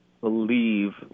believe